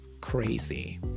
crazy